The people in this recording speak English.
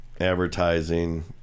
advertising